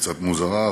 קצת מוזרה,